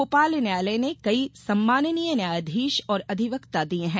भोपाल न्यायालय ने कई सम्माननीय न्यायाधीश और अधिवक्ता दिए हैं